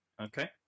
Okay